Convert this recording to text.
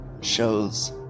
shows